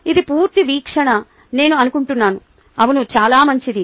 ఇది పూర్తి వీక్షణ నేను అనుకుంటున్నాను అవును చాలా మంచిది